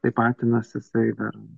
tai patinas jisai dar